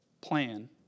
plan